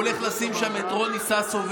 הוא הולך לשים שם את רוני ססובר,